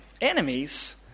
enemies